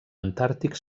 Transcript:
antàrtic